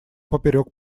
поперек